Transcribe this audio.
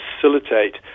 facilitate